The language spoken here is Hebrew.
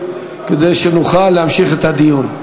כדי שנוכל להמשיך את הדיון.